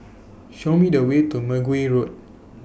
Show Me The Way to Mergui Road